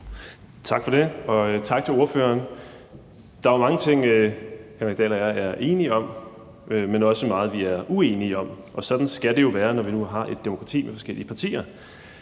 Tak for det, og tak til ordføreren. Der er mange ting, som hr. Henrik Dahl og jeg er enige om, men også meget, vi er uenige om, og sådan skal det jo være, når vi nu har et demokrati med forskellige partier.